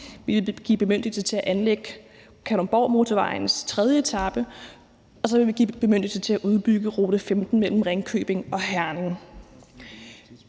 Kolding og bemyndigelse til at anlægge Kalundborgmotorvejens tredje etape, og så vil det give bemyndigelse til at udbygge rute 15 mellem Ringkøbing og Herning.